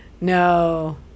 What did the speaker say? No